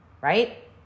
right